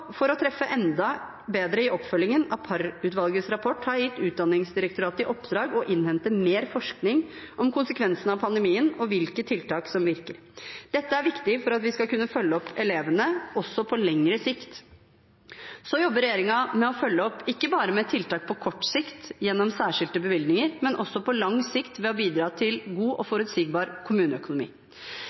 å treffe enda bedre i oppfølgingen av Parr-utvalgets rapport har jeg gitt Utdanningsdirektoratet i oppdrag å innhente mer forskning om konsekvensene av pandemien og hvilke tiltak som virker. Dette er viktig for at vi skal kunne følge opp elevene også på lengre sikt. Så jobber regjeringen med å følge opp, ikke bare med tiltak på kort sikt gjennom særskilte bevilgninger, men også på lang sikt ved å bidra til god og forutsigbar kommuneøkonomi.